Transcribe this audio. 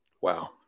wow